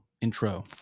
intro